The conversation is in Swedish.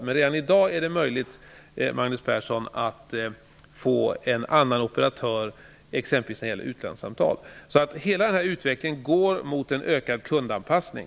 Men redan i dag är det möjligt, Magnus Persson, att få en annan operatör än Telia när det gäller utlandssamtal. Utvecklingen går alltså mot ökad kundanpassning.